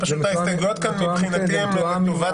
פשוט ההסתייגויות כאן מבחינתי הן לטובת